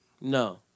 No